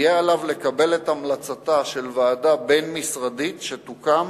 יהיה עליו לקבל את המלצתה של ועדה בין-משרדית שתוקם,